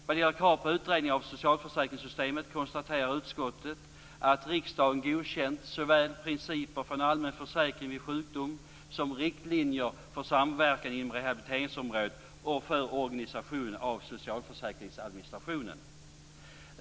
Vad gäller krav på utredning av socialförsäkringssystemet konstaterar utskottet att riksdagen godkänt såväl principer för en allmän försäkring vid sjukdom som riktlinjer för samverkan inom rehabiliteringsområdet och för organisationen av socialförsäkringsadministrationen.